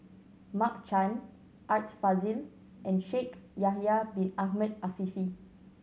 Mark Chan Art Fazil and Shaikh Yahya Bin Ahmed Afifi